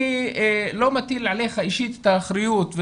אני לא מטיל עליך אישית את האחריות.